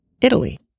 Italy